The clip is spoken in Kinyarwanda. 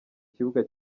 kibuga